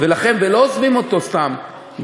ולא עוזבים אותו סתם,